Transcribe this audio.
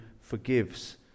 forgives